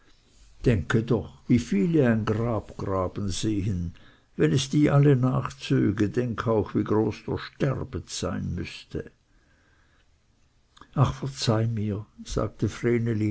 denke doch wie viele ein grab graben sehen wenn es die alle nachzöge denk auch wie groß der sterbet sein müßte ach verzeih mir sagte